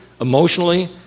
emotionally